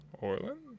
Orland